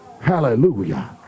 Hallelujah